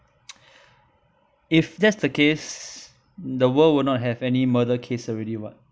if that's the case the world will not have any murder case already [what]